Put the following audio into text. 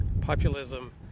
Populism